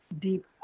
deep